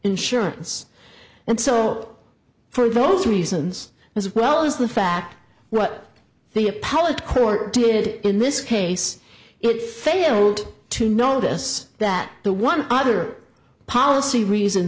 insurance and so for those reasons as well as the fact what the appellate court did in this case it failed to notice that the one other policy reason